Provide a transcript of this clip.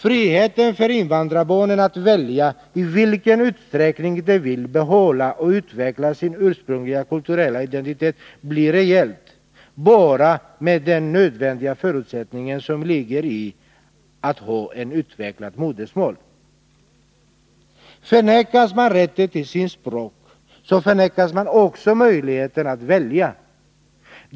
Friheten för invandrarbarnen att välja i vilken utsträckning de vill behålla och utveckla sin ursprungliga kulturella identitet blir reell bara med den nödvändiga förutsättning som ligger i att ha ett utvecklat modersmål. Förvägras man rätten till sitt språk, så förvägras man också möjligheten att välja.